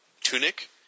tunic